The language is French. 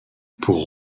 pour